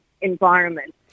Environment